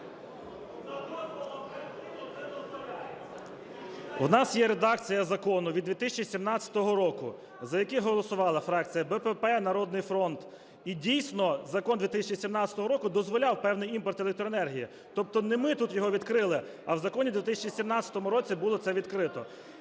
В нас є редакція закону від 2017 року, за який голосувала фракція БПП, "Народний фронт", і, дійсно, закон 2017 року дозволяв певний імпорт електроенергії, тобто не ми тут його відкрили, а в законі в 2017 році було це відкрито.